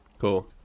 Cool